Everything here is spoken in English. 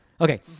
Okay